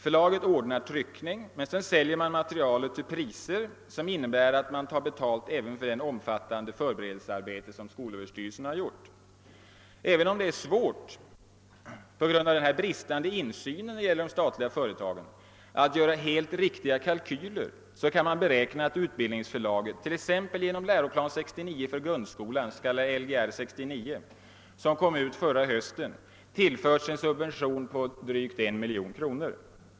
Förlaget ordnar med tryckningen men säljer sedan materialet till priser som innebär att man tar betalt även för det omfattande förberedelsearbete som skolöverstyrelsen gjort. även om det på grund av den bristande insynen är svårt att göra helt riktiga kalkyler kan man beräkna att Utbildningsförlaget t.ex. genom läroplan 69 för grundskolan — den s.k. Lgr 69 — som kom ut på hösten 1969 tillförts en subvention på drygt 1 miljon kr.